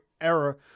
era